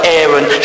Aaron